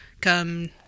come